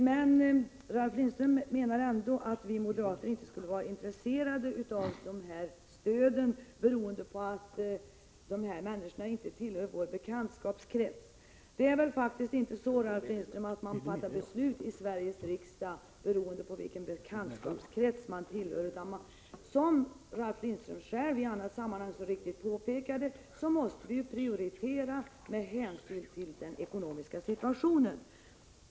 Ralf Lindström menar ändå att vi moderater inte skulle vara intresserade av stöden, beroende på att de här människorna ”inte tillhör moderaternas bekantskapskrets.” Det är väl inte så, Ralf Lindström, att man fattar beslut i Sveriges riksdag beroende på vilken bekantskapskrets man har? Som Ralf Lindström själv i annat sammanhang så riktigt påpekade, måste vi ju prioritera med hänsyn till den ekonomiska situationen.